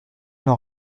n’en